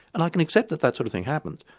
and i can accept that that sort of thing happens,